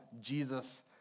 Jesus